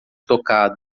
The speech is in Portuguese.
tocado